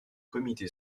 comité